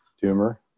tumor